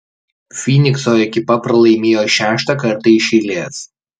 fynikso ekipa pralaimėjo šeštą kartą iš eilės